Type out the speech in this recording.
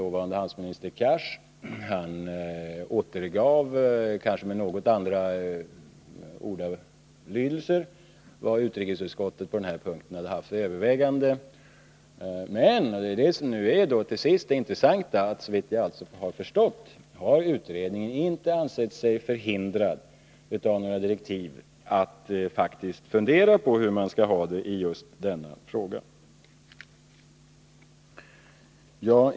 Dåvarande handelsministern Cars återgav — kanske med något andra ordalydelser — utrikesutskottets överväganden på den punkten. Men — och det är det som till sist är det intressanta — såvitt jag har förstått har utredningen inte ansett sig av några direktiv förhindrad att faktiskt fundera på hur man skall ha det i just denna fråga.